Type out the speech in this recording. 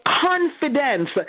confidence